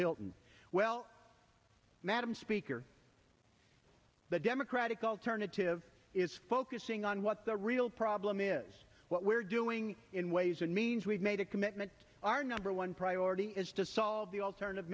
hilton well madam speaker the democratic alternative is focusing on what the real problem is what we're doing in ways and means we've made a commitment our number one priority is to solve the alternative